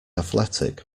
athletic